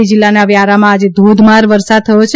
તાપી જિલ્લાના વ્યારામાં આજે ધોધમાર વરસાદ થયો છે